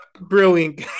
Brilliant